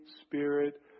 Spirit